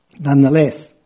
nonetheless